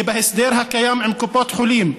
כי בהסדר הקיים עם קופות החולים,